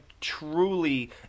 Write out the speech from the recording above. truly